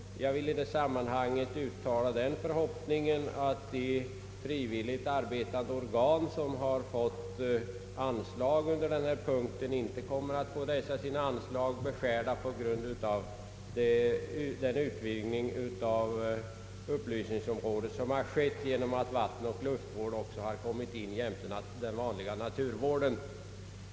Jag vill i det sammanhanget uttala den förhoppningen att de frivilligt arbetande organ som fått anslag under denna punkt inte nu kommer att få sina anslag beskärda på grund av den utvidgning av upplysningsområdet som skett genom att vattenoch luftvården också kom in jämte den vanliga naturvården.